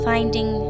Finding